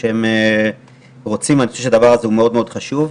אני חושב שזה מאוד חשוב.